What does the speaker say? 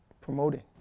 promoting